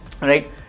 right